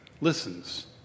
listens